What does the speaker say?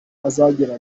azagera